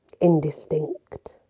indistinct